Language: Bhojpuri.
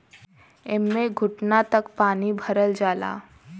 एम्मे घुटना तक पानी भरल जाला